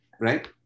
right